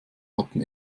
hatten